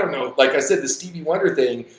um know, like i said, the stevie wonder thing,